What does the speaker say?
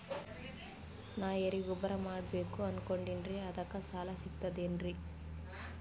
ನಾ ಎರಿಗೊಬ್ಬರ ಮಾಡಬೇಕು ಅನಕೊಂಡಿನ್ರಿ ಅದಕ ಸಾಲಾ ಸಿಗ್ತದೇನ್ರಿ?